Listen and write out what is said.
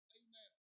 amen